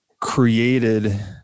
created